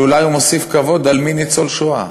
שאולי הוא מוסיף כבוד, על מי ניצול השואה.